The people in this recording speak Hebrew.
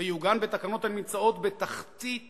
והוא יעוגן בתקנות הנמצאות בתחתית